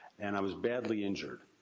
and i was badly injured.